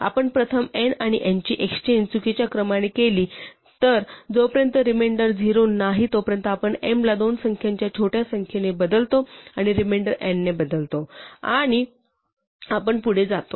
आपण प्रथम m आणि n यांची एक्सचेन्ज चुकीच्या क्रमाने केली तर जोपर्यंत रिमेंडर 0 नाही तोपर्यंत आपण m ला दोन संख्यांच्या छोट्या संख्येने बदलतो आणि रिमेंडर n ने बदलतो आणि आपण पुढे जातो